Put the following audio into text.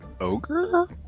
ogre